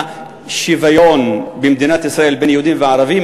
השוויון במדינת ישראל בין יהודים לערבים,